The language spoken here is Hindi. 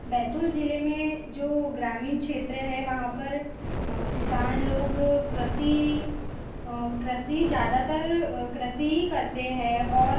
बैतूल ज़िले में जो ग्रामीण क्षेत्र है वहाँ पर किसान लोग कृषि कृषि ज़्यादातर कृषि ही करते हैं और